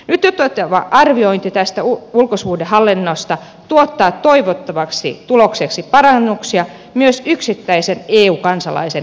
nyt toteutettava arviointi tästä ulkosuhdehallinnosta tuottaa toivottavasti tulokseksi parannuksia myös yksittäisen eu kansalaisen konsuliasioihin